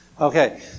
Okay